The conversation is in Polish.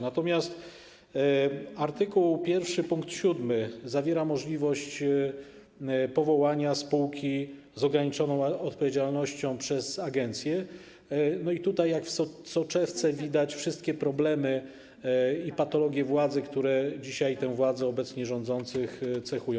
Natomiast art. 1 pkt 7 dotyczy możliwości powołania spółki z ograniczoną odpowiedzialnością przez agencję i tutaj jak w soczewce widać wszystkie problemy i patologie władzy, które dzisiaj tę władzę obecnie rządzących cechują.